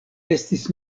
estis